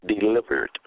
delivered